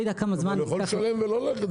אבל הוא יכול לשלם ולא ללכת לבית משפט.